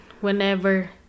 whenever